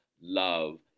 love